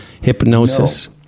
hypnosis